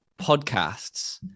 podcasts